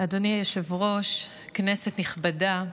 אדוני היושב-ראש, כנסת נכבדה,